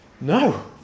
No